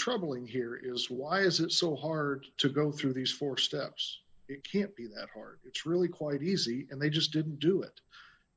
troubling here is why is it so hard to go through these four steps it can't be that hard it's really quite easy and they just didn't do it